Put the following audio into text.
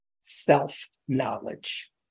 Self-knowledge